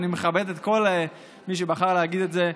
ואני מכבד את כל מי שבחר להגיד את זה,